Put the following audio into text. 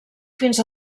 fins